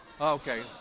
Okay